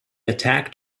attacked